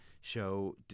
show